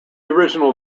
original